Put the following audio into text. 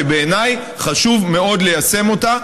שבעיניי חשוב מאוד ליישם אותה,